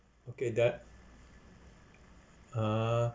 okay that uh